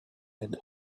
and